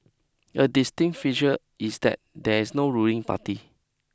a distinct feature is that there is no ruling party